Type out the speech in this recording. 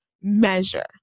measure